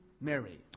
Mary